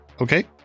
Okay